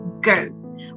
go